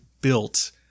built